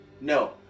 No